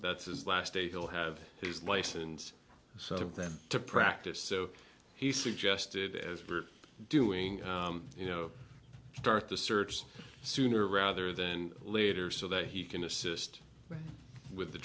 that's his last day he'll have his license sort of them to practice so he suggested as we're doing you know start the search sooner rather than later so that he can assist with the